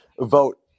vote